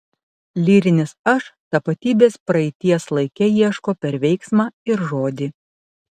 lyrinis aš tapatybės praeities laike ieško per veiksmą ir žodį